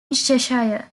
cheshire